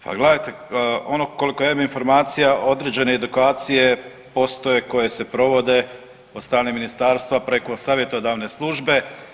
Pa gledajte, ono koliko ja imam informacija određene edukacije postoje koje se provode od strane ministarstva preko savjetodavne službe.